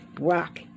rock